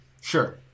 Sure